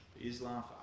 Islam